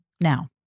now